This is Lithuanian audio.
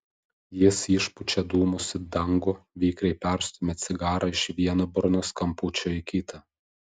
jis išpučia dūmus į dangų vikriai perstumia cigarą iš vieno burnos kampučio į kitą